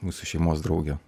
mūsų šeimos draugė